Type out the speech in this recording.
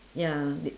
ya the